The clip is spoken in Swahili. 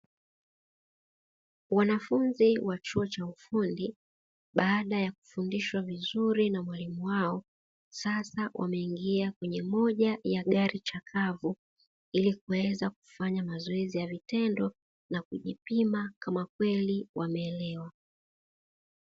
Wanafunzi wa chuo cha ufundi baada ya kufundishwa vizuri na mwalimu wao, sasa wameingia kwenye moja ya gari chakavu ilikuweza kufanya mazoezi ya vitendo na kujipima kama kweli wameelewa.